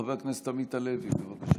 חבר הכנסת עמית הלוי, בבקשה.